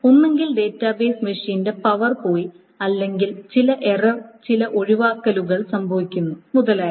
ഒന്നുകിൽ ഡാറ്റാബേസ് മെഷീന്റെ പവർ പോയി അല്ലെങ്കിൽ ചില എറർ ചില ഒഴിവാക്കലുകൾ സംഭവിക്കുന്നു മുതലായവ